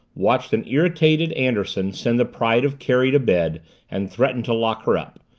watched an irritated anderson send the pride of kerry to bed and threaten to lock her up,